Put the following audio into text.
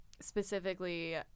specifically